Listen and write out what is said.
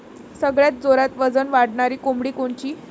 सगळ्यात जोरात वजन वाढणारी कोंबडी कोनची?